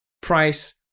price